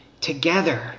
together